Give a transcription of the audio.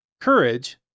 Courage